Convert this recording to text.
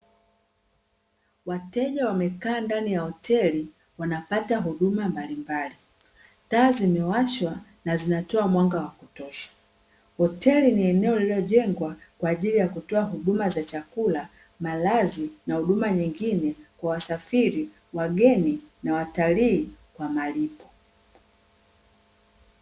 Wateja wamekaa ndani ya hoteli, wanapata huduma mbalimbali. Taa zimewashwa na zinatoa mwanga wa kutosha. Hoteli ni eneo lilojengwa kwa ajili ya kutoa huduma za chakula, ,malazi, na huduma nyengine kwa wasafiri, wageni na watalii kwa malipo.